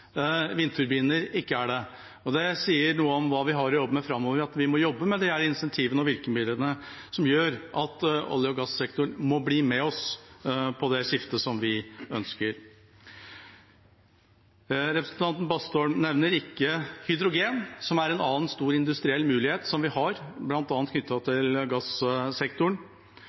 ikke er det. Det sier noe om hva vi har å jobbe med framover. Vi må jobbe med disse incentivene og virkemidlene som gjør at olje- og gassektoren må bli med på det skiftet som vi ønsker. Representanten Bastholm nevner ikke hydrogen, som er en annen stor industriell mulighet vi har, bl.a. knyttet til